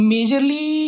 Majorly